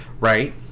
Right